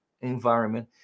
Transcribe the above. environment